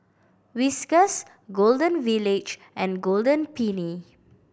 Whiskas Golden Village and Golden Peony